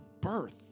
birth